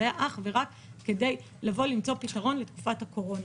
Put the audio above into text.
זה היה אך ורק כדי לבוא למצוא פתרון לתקופת הקורונה.